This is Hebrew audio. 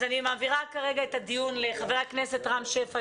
אני מעבירה כרגע את הדיון לחבר הכנסת רם שפע,